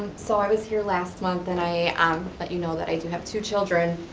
so i was here last month, and i um let you know that i do have two children.